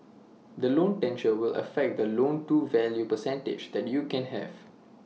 the loan tenure will affect the loan to value percentage that you can have